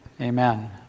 Amen